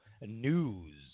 News